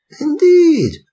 Indeed